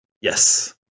Yes